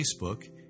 Facebook